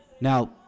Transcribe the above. now